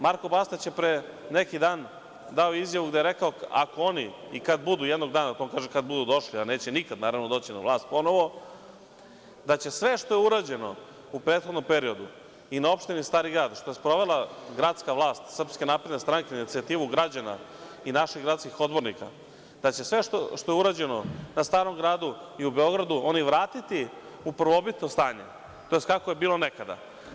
Marko Bastać je pre neki dan dao izjavu gde je rekao – ako oni, i kad budu jednog dana, to kaže on - kad budu došli, a neće nikad, naravno, doći na vlast ponovo, da će sve što je urađeno u prethodnom periodu i na opštini Stari grad, što je sprovela gradska vlast SNS na inicijativu građana i naših gradskih odbornika, da će sve što je urađeno na Starom gradu i u Beogradu oni vratiti u prvobitno stanje, tj. kako je bilo nekada.